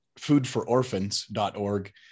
foodfororphans.org